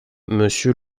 monsieur